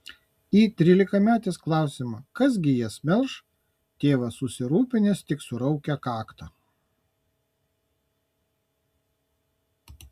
į trylikametės klausimą kas gi jas melš tėvas susirūpinęs tik suraukia kaktą